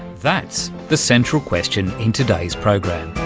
that's the central question in today's program.